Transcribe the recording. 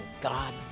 God